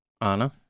Anna